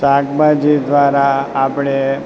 શાકભાજી દ્વારા આપણે